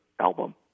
album